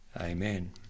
Amen